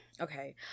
okay